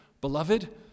beloved